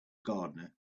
gardener